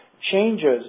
changes